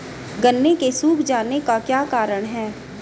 गन्ने के सूख जाने का क्या कारण है?